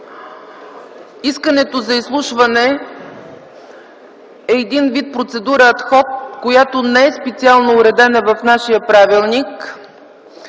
искането за изслушване е един вид процедурата ад хок, която не е специално уредена в нашия правилник,